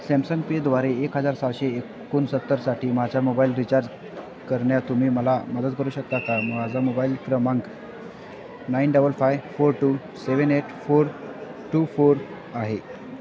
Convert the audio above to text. Samsung पेद्वारे एक हजार सहाशे एकोणसत्तरसाठी माझ्या मोबाईल रिचार्ज करण्यात तुम्ही मला मदत करू शकता का माझा मोबाईल क्रमांक nine double five four two seven eight four two four आहे